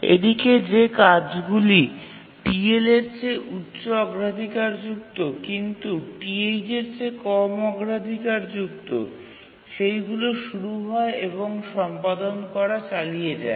এদিকে যে কাজগুলি TL এর চেয়ে উচ্চ অগ্রাধিকারযুক্ত কিন্তু TH এর চেয়ে কম অগ্রাধিকারযুক্ত সেইগুলি শুরু হয় এবং সম্পাদন করা চালিয়ে যায়